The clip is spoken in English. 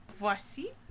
Voici